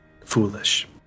foolish